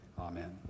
Amen